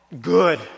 good